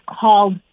called